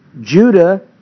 Judah